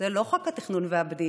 זה לא חוק התכנון והבנייה,